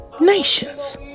Nations